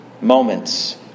moments